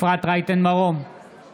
אפרת רייטן מרום, נגד